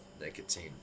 nicotine